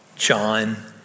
John